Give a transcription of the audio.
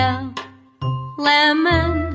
lemon